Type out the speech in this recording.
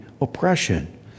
oppression